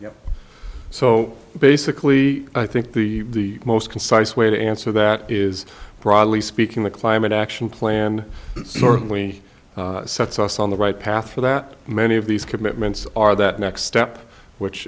good so basically i think the most concise way to answer that is broadly speaking the climate action plan certainly sets us on the right path for that many of these commitments are that next step which